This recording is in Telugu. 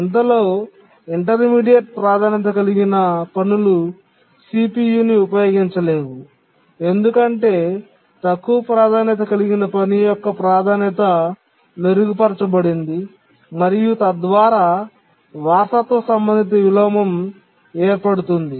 ఇంతలో ఇంటర్మీడియట్ ప్రాధాన్యత కలిగిన పనులు CPU ని ఉపయోగించలేవు ఎందుకంటే తక్కువ ప్రాధాన్యత కలిగిన పని యొక్క ప్రాధాన్యత మెరుగుపరచబడింది మరియు తద్వారా వారసత్వ సంబంధిత విలోమం ఏర్పడుతుంది